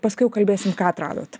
paskui jau kalbėsim ką atradot